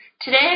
Today